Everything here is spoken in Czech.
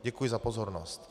Děkuji za pozornost.